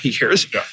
years